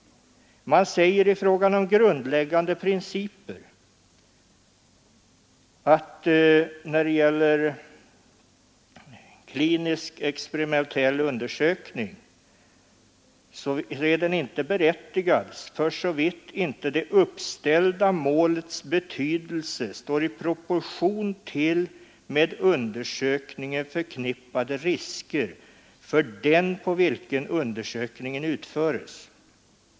Där sägs i fråga om grundläggande principer att klinisk experimentell undersökning inte är berättigad, ”för så vitt icke det uppställda målets betydelse står i proportion till med undersökningen förknippade risker för den, på vilken undersökningen utföres”.